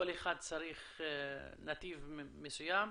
כל אחד צריך נתיב מסוים.